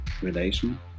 relation